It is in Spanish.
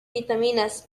vitaminas